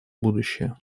будущее